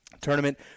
tournament